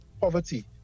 poverty